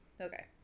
Okay